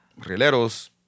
Rileros